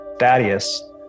Thaddeus